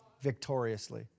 victoriously